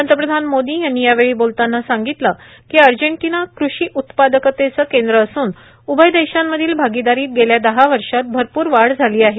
पंतप्रधान मोदी यांनी यावेळी बोलतांना सांगितलं की अर्जेटिना कृषी उत्पादकतेचं केंद्र असून उभय देशांमधील भागीदारीत गेल्या दहा वर्षात भरपूर वाढ झाली आहे